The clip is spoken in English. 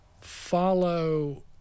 follow